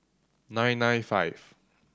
nine nine five